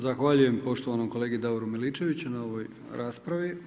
Zahvaljujem poštovanom kolegi Davoru Miličeviću na ovoj raspravi.